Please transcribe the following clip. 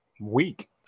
week